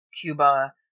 Cuba